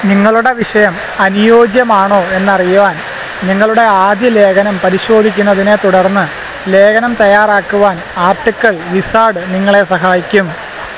നിങ്ങളുടെ വിഷയം അനുയോജ്യമാണോ എന്നറിയാൻ നിങ്ങളുടെ ആദ്യ ലേഖനം പരിശോധിക്കുന്നതിനെ തുടർന്ന് ലേഖനം തയ്യാറാക്കുവാന് ആർട്ടിക്കിൾ വിസാർഡ് നിങ്ങളെ സഹായിക്കും